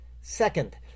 Second